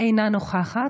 אינה נוכחת,